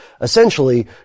essentially